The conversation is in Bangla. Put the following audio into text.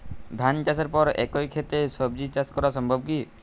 ধান চাষের পর একই ক্ষেতে সবজি চাষ করা সম্ভব কি?